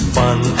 Fun